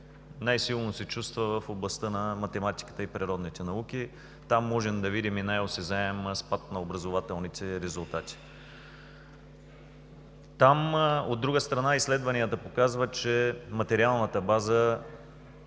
най-силно се чувства в областта на математиката и природните науки. Там можем да видим и най-осезаем спад на образователните резултати. От друга страна, изследванията показват, че материалната база